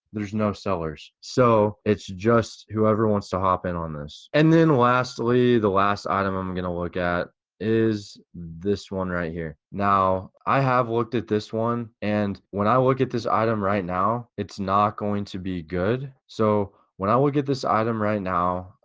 there's no sellers. so it's just who ever wants to hop in on this. and then lastly, the last item i'm gonna look at is this one right here. now i have looked at this one, and when i look at this item right now, it's not going to be good. so what i would get this item right now,